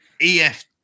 EF